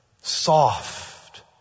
Soft